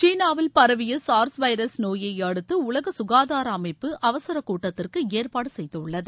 சீனாவில் பரவியவைரஸ் நோயைஅடுத்துஉலகசுகாதாரஅமைப்பு அவசரகூட்டத்திற்குஏற்பாடுசெய்துள்ளது